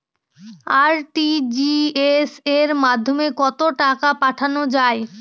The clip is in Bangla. আর.টি.জি.এস এর মাধ্যমে কত টাকা পাঠানো যায়?